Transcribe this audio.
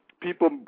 People